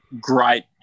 great